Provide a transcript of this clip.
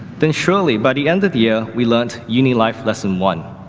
then surely by the end of the year we learnt uni life lesson one.